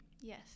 Yes